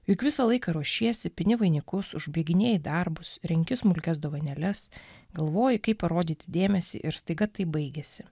juk visą laiką ruošiesi pini vainikus užbaiginėji darbus renki smulkias dovanėles galvoji kaip parodyti dėmesį ir staiga tai baigiasi